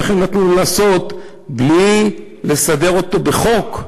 איך הם נתנו לו לעשות בלי לסדר אותו בחוק,